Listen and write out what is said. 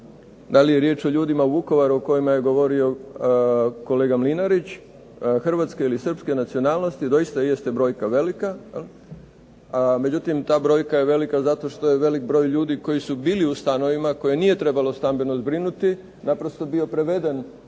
da li je riječ o ljudima u Vukovaru o kojima je govorio kolega Mlinarić, hrvatske ili srpske nacionalnosti, doista jeste brojka velika. Međutim, ta brojka je velika zato što je velik broj ljudi koji su bili u stanovima, koje nije trebalo stambeno zbrinuti, naprosto bio proveden